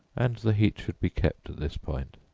and the heat should be kept at this point.